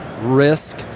risk